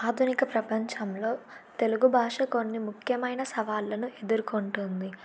ఆధునిక ప్రపంచంలో తెలుగు భాష కొన్ని ముఖ్యమైన సవాళ్ను ఎదుర్కొంటుంది